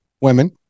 women